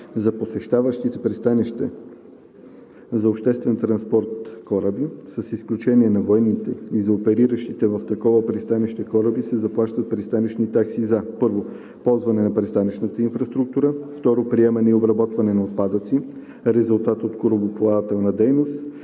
За посещаващите пристанище за обществен транспорт кораби, с изключение на военните, и за опериращите в такова пристанище кораби се заплащат пристанищни такси за: 1. ползване на пристанищната инфраструктура; 2. приемане и обработване на отпадъци – резултат от корабоплавателна дейност.